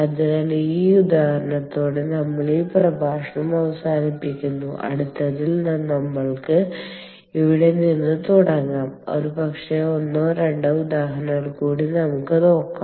അതിനാൽ ഈ ഉദാഹരണത്തോടെ നമ്മൾ ഈ പ്രഭാഷണം അവസാനിപ്പിക്കുന്നു അടുത്തതിൽ നമ്മൾക്ക് ഇവിടെ നിന്ന് തുടങ്ങാം ഒരുപക്ഷേ ഒന്നോ രണ്ടോ ഉദാഹരണങ്ങൾ കൂടി നമുക്ക് നോക്കാം